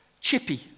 Chippy